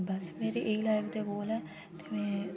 बस मेरे एह् लाइफ दे गोल ऐ ते में